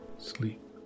Sleep